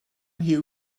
huw